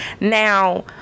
Now